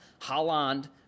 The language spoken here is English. Holland